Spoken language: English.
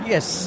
Yes